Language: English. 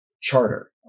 charter